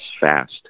fast